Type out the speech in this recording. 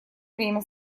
время